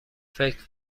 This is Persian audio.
فکر